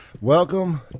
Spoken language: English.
Welcome